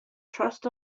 trust